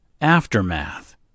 Aftermath